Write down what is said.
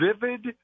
Vivid